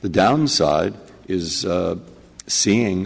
the downside is seeing